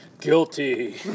Guilty